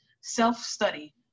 self-study